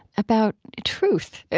about truth,